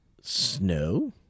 Snow